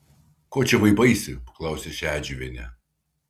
ko čia vaipaisi paklausė šedžiuvienė